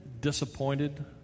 disappointed